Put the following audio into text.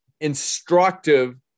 instructive